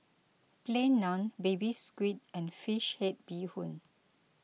Plain Naan Baby Squid and Fish Head Bee Hoon